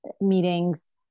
meetings